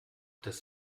das